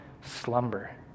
slumber